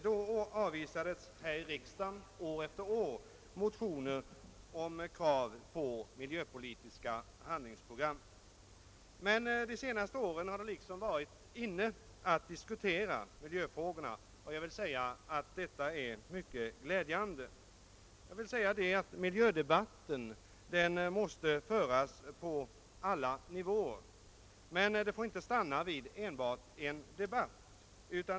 Då avvisades här i riksdagen år efter år centerns motioner med krav på ett miljöpolitiskt handlingsprogram. De senaste åren har det liksom varit inne» att diskutera miljöfrågorna och detta är mycket glädjande. Miljödebatten måste föras på alla nivåer, men det får inte stanna enbart vid en debatt.